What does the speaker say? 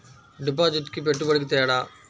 డిపాజిట్కి పెట్టుబడికి తేడా?